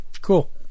Cool